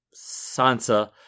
Sansa